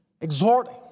exhorting